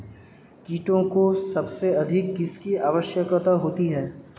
कीटों को सबसे अधिक किसकी आवश्यकता होती है?